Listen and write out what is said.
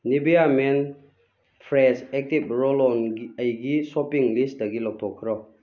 Nivea men fresh active roll on ꯑꯩꯒꯤ shopping ꯂꯤꯁꯇꯒꯤ ꯂꯧꯊꯣꯛꯈ꯭ꯔꯣ